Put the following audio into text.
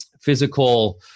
physical